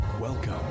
Welcome